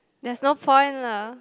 there's no point lah